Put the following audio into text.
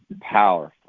powerful